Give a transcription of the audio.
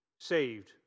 saved